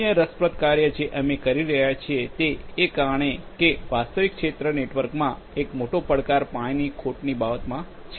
અન્ય રસપ્રદ કાર્ય જે અમે કરી રહ્યા છીએ તે એ કારણે કે વાસ્તવિક ક્ષેત્ર નેટવર્કમાં એક મોટો પડકાર પાણીની ખોટની બાબતમાં છે